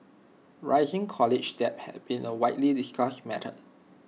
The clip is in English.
rising college debt had been A widely discussed matter